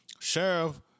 Sheriff